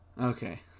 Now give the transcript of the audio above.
Okay